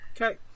Okay